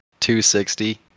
260